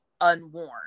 unworn